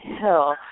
Hill